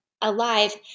alive